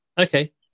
Okay